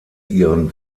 ihren